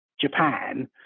japan